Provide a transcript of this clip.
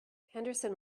henderson